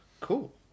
Cool